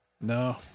No